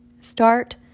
Start